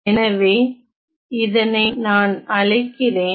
எனவே இதனை நான் அழைக்கிறேன்